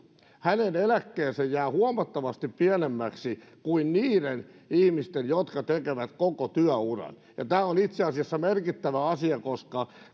hänen eläkkeensä jää huomattavasti pienemmäksi kuin niiden ihmisten jotka tekevät koko työuran tämä on itse asiassa merkittävä asia koska